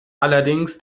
allerdings